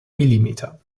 millimeter